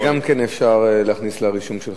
את זה גם כן אפשר להכניס לרישום שלך.